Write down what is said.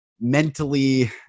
mentally